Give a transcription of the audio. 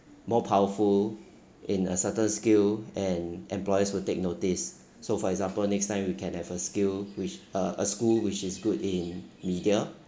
more powerful in a certain skill and employers would take notice so for example next time you can have a skill which uh a school which is good in media